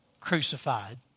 crucified